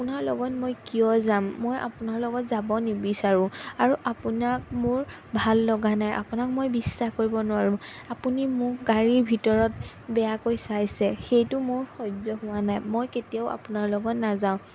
আপোনাৰ লগত মই কিয় যাম মই আপোনাৰ লগত যাব নিবিচাৰোঁ আৰু আপোনাক মোৰ ভাল লগা নাই আপোনাক মই বিশ্বাস কৰিব নোৱাৰোঁ আপুনি মোক গাড়ীৰ ভিতৰত বেয়াকৈ চাইছে সেইটো মোৰ সহ্য হোৱা নাই মই কেতিয়াও আপোনাৰ লগত নাযাওঁ